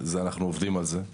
אנחנו עובדים על זה.